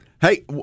Hey